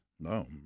No